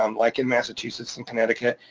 um like in massachusetts, in connecticut,